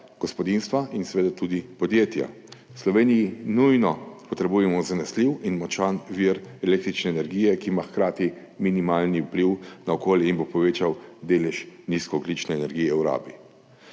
gospodinjstva in seveda tudi podjetja. V Sloveniji nujno potrebujemo zanesljiv in močan vir električne energije, ki ima hkrati minimalni vpliv na okolje in bo povečal delež nizkoogljične energije v rabi.